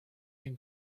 can